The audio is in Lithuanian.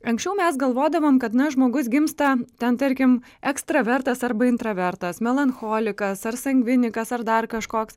anksčiau mes galvodavom kad na žmogus gimsta ten tarkim ekstravertas arba intravertas melancholikas ar sangvinikas ar dar kažkoks